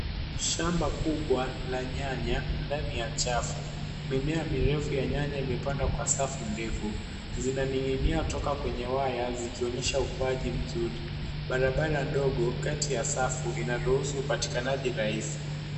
Shamba kubwa la nyanya ndani ya chafu. Mimea mirefu ya nyanya imepandwa kwa safu ndefu. Zinaning'inia kutoka kwenye waya zikionyesha ukuaji mzuri. Barabara ndogo kati ya safu inaruhusu upatikanaji rahisi.